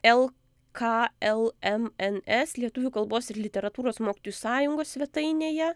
el ka el em en es lietuvių kalbos ir literatūros mokytojų sąjungos svetainėje